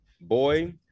Boy